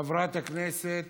חברת הכנסת